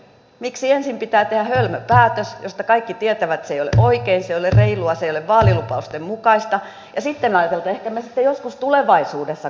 miksi ensin pitää tehdä hölmö päätös josta kaikki tietävät että se ei ole oikein se ei ole reilua se ei ole vaalilupausten mukaista ja sitten ajatella että ehkä me sitten joskus tulevaisuudessa korjaamme